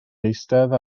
eistedd